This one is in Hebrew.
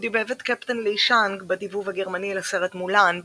הוא דיבב את קפטן לי שאנג בדיבוב הגרמני לסרט מולאן,